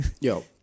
Yo